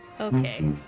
Okay